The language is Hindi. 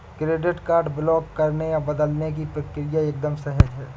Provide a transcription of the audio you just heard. क्रेडिट कार्ड ब्लॉक करने या बदलने की प्रक्रिया एकदम सहज है